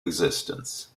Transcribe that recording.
existence